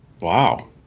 Wow